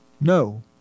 No